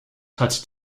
hat